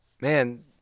Man